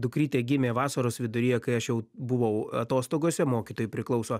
dukrytė gimė vasaros viduryje kai aš jau buvau atostogose mokytojui priklauso